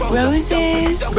roses